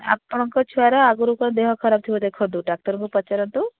ଆପଣଙ୍କ ଛୁଆର ଆଗରୁ କ'ଣ ଦେହ ଖରାପ ଥିବ ଦେଖନ୍ତୁ ଡାକ୍ତରଙ୍କୁ ପଚାରନ୍ତୁ